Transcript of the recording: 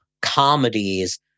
comedies